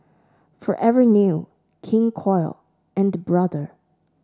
Forever New King Koil and Brother